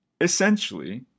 Essentially